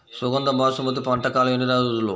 సుగంధ బాసుమతి పంట కాలం ఎన్ని రోజులు?